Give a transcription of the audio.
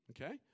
okay